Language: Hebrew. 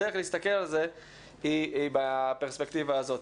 הדרך להסתכל על זה היא בפרספקטיבה הזאת.